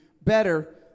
better